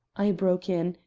i broke in,